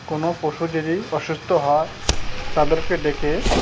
কোনো পশু যদি অসুস্থ হয় তাদেরকে ডেকে